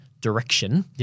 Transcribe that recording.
direction